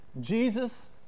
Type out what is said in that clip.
Jesus